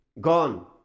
gone